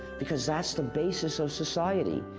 because that's the basis of society,